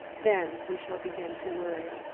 then we shall begin to worry.